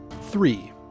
Three